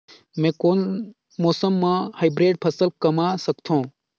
मै कोन मौसम म हाईब्रिड फसल कमा सकथव?